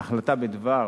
ההחלטה בדבר